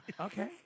Okay